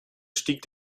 stieg